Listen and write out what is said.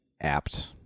apt